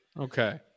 Okay